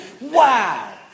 wow